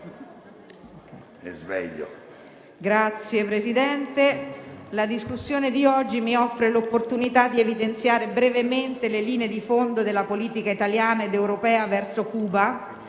Signor Presidente, la discussione di oggi mi offre l'opportunità di evidenziare brevemente le linee di fondo della politica italiana ed europea verso Cuba,